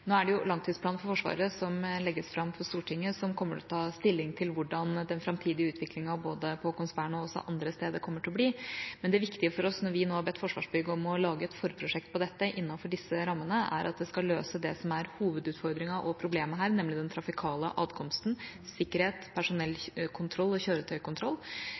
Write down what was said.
Nå er det langtidsplanen for Forsvaret, som legges fram for Stortinget, som kommer til å ta stilling til hvordan den framtidige utviklinga både på Haakonsvern og andre steder kommer til å bli. Det viktige for oss når vi nå har bedt Forsvarsbygg om å lage et forprosjekt på dette innenfor disse rammene, er at det skal løse det som er hovedutfordringa og problemet her, nemlig den trafikale atkomsten – sikkerhet: personellkontroll og kjøretøykontroll